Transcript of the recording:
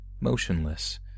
motionless